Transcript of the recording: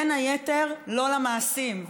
בין היתר לא למעשים,